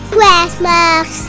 Christmas